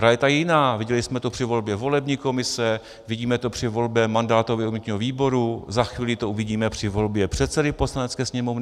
Realita je ale jiná, viděli jsme to při volbě volební komise, vidíme to při volbě mandátového a imunitního výboru, za chvíli to uvidíme při volbě předsedy Poslanecké sněmovny.